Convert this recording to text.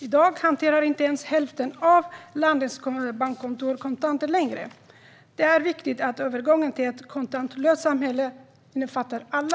I dag hanterar inte ens hälften av landets bankkontor kontanter. Det är viktigt att övergången till ett kontantlöst samhälle innefattar alla.